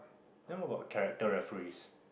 then what about character referees